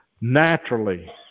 naturally